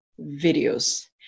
videos